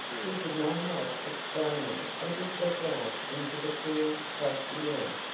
he could not help exclaiming as he stepped out into the clear, frosty air.